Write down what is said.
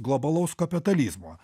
globalaus kapitalizmo